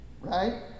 right